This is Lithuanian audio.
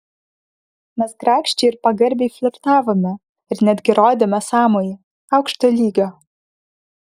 mes grakščiai ir pagarbiai flirtavome ir netgi rodėme sąmojį aukšto lygio